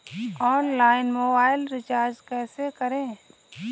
Online mobile recharge कैसे करें?